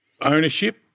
ownership